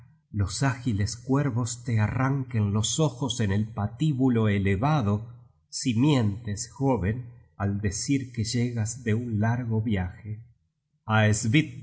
los ágiles cuervos te arranquen los ojos en el patíbulo elevado si mientes joven al decir que llegas de un largo viaje a